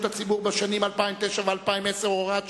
הציבורי בשנים 2009 ו-2010 (הוראת שעה),